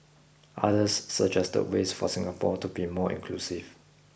others suggested ways for Singapore to be more inclusive